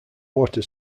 water